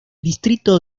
distrito